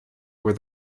were